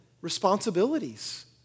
responsibilities